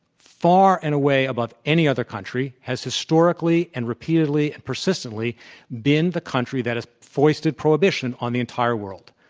far and away above any other country, has historically and repeatedly and persistently been the country that has foisted prohibition on the entire world.